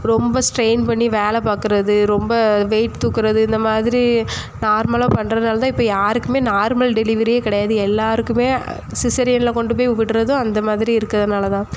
ரொம்ப ஸ்ட்ரெயின் பண்ணி வேலை பார்க்குறது ரொம்ப வெயிட் தூக்குறது இந்தமாதிரி நார்மலாக பண்ணுறதுனால தான் இப்போ யாருக்குமே நார்மல் டெலிவரியே கிடையாது எல்லாருக்குமே சிசேரியனில் கொண்டு போய் விட்டுறதும் அந்தமாதிரி இருக்கிறதுனால தான்